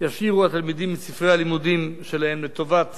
ישאירו התלמידים את ספרי הלימודים שלהם לטובת